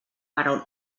però